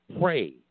pray